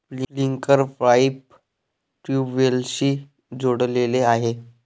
sprinkler pipe ट्यूबवेल्सशी जोडलेले आहे